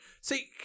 See